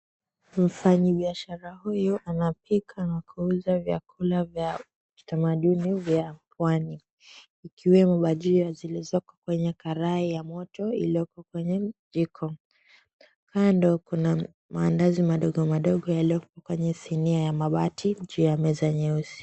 Mfanyi biashara huyu anapika na kuuza vyakula vyabkitamaduni vya pwani ikiwemo bajia zilizoko kwenye karai ya moto iliyoko kwenye jiko, kando kuna maandazi madogo madogo yaliyoko kwenye sinia ya mabati juu ya meza nyeusi.